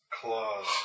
claws